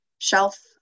shelf